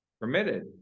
permitted